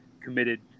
committed